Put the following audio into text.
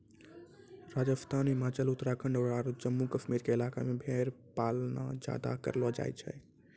राजस्थान, हिमाचल, उत्तराखंड आरो जम्मू कश्मीर के इलाका मॅ भेड़ पालन ज्यादा करलो जाय छै